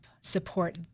support